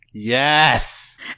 Yes